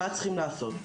מה צריכים לעשות,